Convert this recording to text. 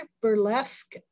burlesque